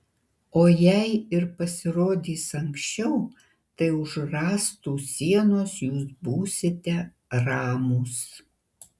o jei ir pasirodys anksčiau tai už rąstų sienos jūs būsite ramūs